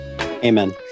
Amen